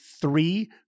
three